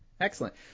Excellent